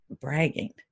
bragging